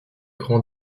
grands